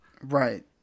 Right